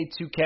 2K